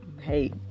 hey